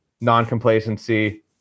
non-complacency